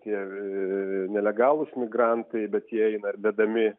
tie nelegalūs migrantai bet jie eina ir vedami